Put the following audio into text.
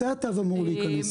מתי התו אמור להיכנס?